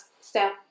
step